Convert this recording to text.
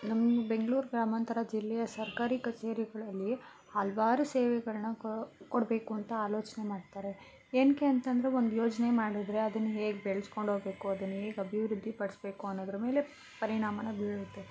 ನಮ್ಮ ಬೆಂಗ್ಳೂರು ಗ್ರಾಮಾಂತರ ಜಿಲ್ಲೆಯ ಸರ್ಕಾರಿ ಕಚೇರಿಗಳಲ್ಲಿ ಹಲ್ವಾರು ಸೇವೆಗಳನ್ನ ಕೊಡಬೇಕು ಅಂತ ಆಲೋಚನೆ ಮಾಡ್ತಾರೆ ಏನಕ್ಕೆ ಅಂತಂದರೆ ಒಂದು ಯೋಜನೇ ಮಾಡಿದ್ರೆ ಅದನ್ನ ಹೇಗೆ ಬೆಳೆಸ್ಕೊಂಡೋಗ್ಬೇಕು ಅದನ್ನ ಹೇಗೆ ಅಭಿವೃದ್ದಿ ಪಡಿಸ್ಬೇಕು ಅನ್ನೋದರ ಮೇಲೆ ಪರಿಣಾಮನ ಬೀರುತ್ತೆ